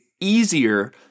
easier